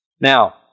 Now